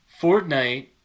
Fortnite